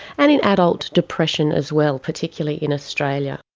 and in adult depression as well, particularly in australia.